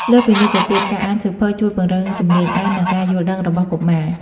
លើសពីនេះទៅទៀតការអានសៀវភៅជួយពង្រឹងជំនាញអាន និងការយល់ដឹងរបស់កុមារ។